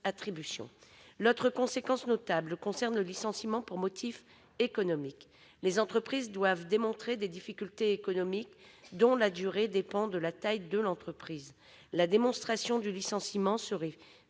ont une autre conséquence notable, quant au licenciement pour motif économique. Les entreprises doivent démontrer des difficultés économiques, dont la durée dépend de la taille de l'entreprise. La démonstration du licenciement serait